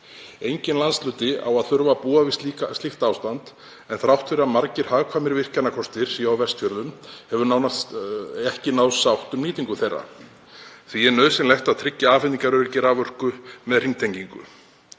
Enginn landshluti á að þurfa að búa við slíkt ástand en þrátt fyrir að margir hagkvæmir virkjunarkostir séu á Vestfjörðum hefur ekki náðst sátt um nýtingu þeirra. Því er nauðsynlegt að tryggja afhendingaröryggi raforku á Vestfjörðum með hringtengingu.